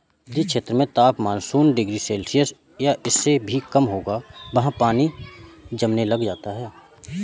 जिस क्षेत्र में तापमान शून्य डिग्री सेल्सियस या इससे भी कम होगा वहाँ पानी जमने लग जाता है